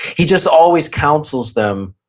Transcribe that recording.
he just always counsels them.